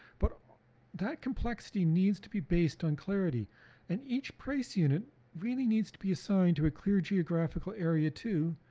but that complexity needs to be based on clarity and each price unit really needs to be assigned to a clear geographical area too,